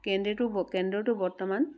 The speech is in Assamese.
কেন্দ্ৰটো ব কেন্দ্ৰটো বৰ্তমান